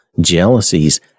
jealousies